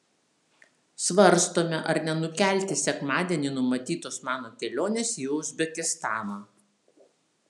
svarstome ar nenukelti sekmadienį numatytos mano kelionės į uzbekistaną